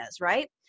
right